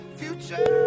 future